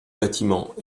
bâtiment